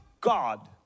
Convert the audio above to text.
God